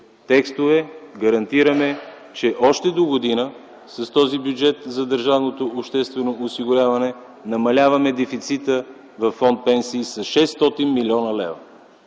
текстове и гарантираме, че още догодина с този бюджет намаляваме дефицита във фонд „Пенсии” с 600 млн. лв.